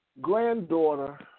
granddaughter